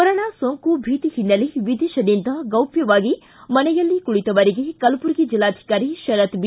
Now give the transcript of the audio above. corona ಸೋಂಕು ಭೀತಿ ಹಿನ್ನೆಲೆ ವಿದೇಶದಿಂದ ಗೌಪ್ಥವಾಗಿ ಮನೆಯಲ್ಲಿ ಕುಳಿತವರಿಗೆ ಕಲಬುರಗಿ ಜಿಲ್ಲಾಧಿಕಾರಿ ಶರತ್ ಬಿ